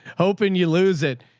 hoping you lose it.